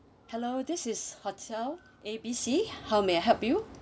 hello this is hotel A B C how may I help you